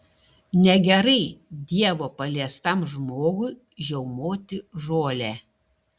negerai dievo paliestam žmogui žiaumoti žolę